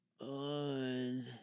on